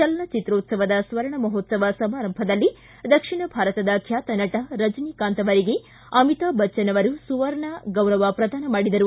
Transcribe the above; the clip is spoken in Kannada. ಚಲನಚಿತ್ರೋತ್ವಸ ಸ್ವರ್ಣ ಮಹೋತ್ಸವ ಸಮಾರಂಭದಲ್ಲಿ ದಕ್ಷಿಣ ಭಾರತದ ಖ್ವಾತ ನಟ ರಜನಿಕಾಂತ ಅವರಿಗೆ ಅಮಿತಾಬ್ ಬಚ್ಚನ್ ಅವರು ಸುವರ್ಣ ಗೌರವ ಪ್ರದಾನ ಮಾಡಿದರು